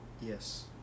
yes